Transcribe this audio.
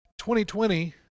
2020